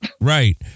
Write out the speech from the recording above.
right